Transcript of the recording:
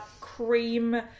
cream